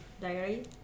diary